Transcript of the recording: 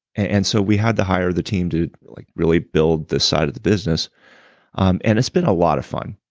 and so, we had to hire the team to like really build this side of the business um and it's been a lot of fun.